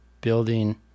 building